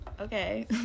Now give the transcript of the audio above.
okay